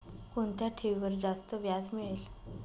कोणत्या ठेवीवर जास्त व्याज मिळेल?